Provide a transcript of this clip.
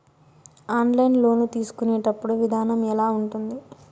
online loan తీసుకునేటప్పుడు విధానం ఎలా ఉంటుంది